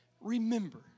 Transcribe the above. remember